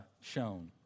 shown